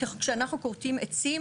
כשאנחנו כורתים עצים,